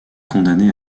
condamnée